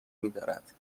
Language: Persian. میدارد